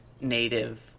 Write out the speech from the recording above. native